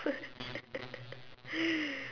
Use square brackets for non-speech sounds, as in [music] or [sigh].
[laughs]